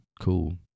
cool